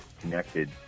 connected